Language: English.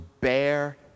bear